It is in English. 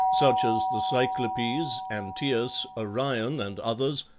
such as the cyclopes, antaeus, orion, and others,